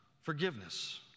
forgiveness